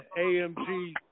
AMG